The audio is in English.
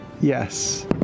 Yes